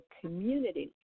community